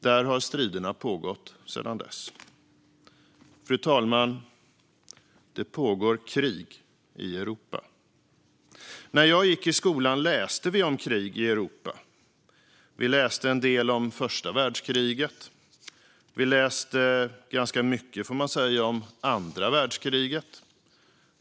Där har striderna pågått sedan dess. Fru talman! Det pågår krig i Europa. När jag gick i skolan läste vi om krig i Europa. Vi läste en del om första världskriget. Vi läste ganska mycket, får man säga, om andra världskriget.